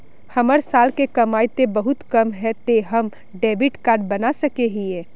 हमर साल के कमाई ते बहुत कम है ते हम डेबिट कार्ड बना सके हिये?